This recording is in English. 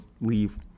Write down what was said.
leave